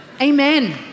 Amen